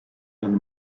and